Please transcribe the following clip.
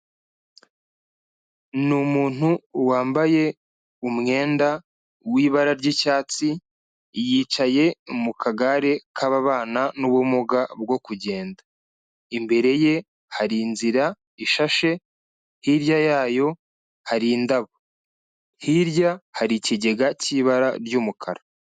Ni umuntu wambaye umwenda w'ibara ry'icyatsi, yicaye mu kagare kababana n'ubumuga bwo kugenda. Imbere ye, hari inzira ishashe, hirya yayo hari indabo. Hirya hari ikigega cy'ibara ry'umukara.